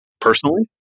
personally